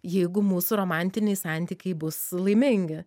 jeigu mūsų romantiniai santykiai bus laimingi